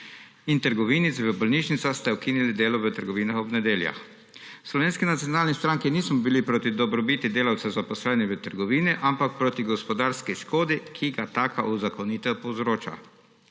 in trgovinic v bolnišnicah – ste ukinili delo v trgovinah ob nedeljah. V Slovenski nacionalni stranki nismo bili proti dobrobiti delavcev, zaposlenih v trgovini, ampak proti gospodarski škodi, ki jo taka uzakonitev povzroča,